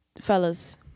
fellas